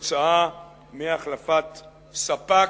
כתוצאה מהחלפת ספק.